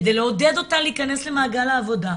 כדי לעודד אותה להיכנס למעגל העבודה,